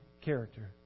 character